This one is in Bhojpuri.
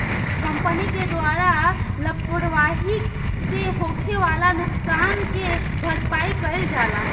कंपनी के द्वारा लापरवाही से होखे वाला नुकसान के भरपाई कईल जाला